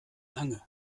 lange